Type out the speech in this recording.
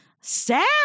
sad